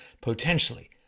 potentially